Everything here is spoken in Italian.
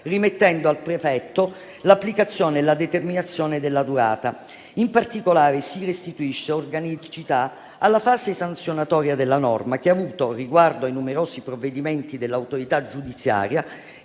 rimettendo al prefetto l'applicazione e la determinazione della durata. In particolare, si restituisce organicità alla fase sanzionatoria della norma, con riguardo ai numerosi provvedimenti dell'autorità giudiziaria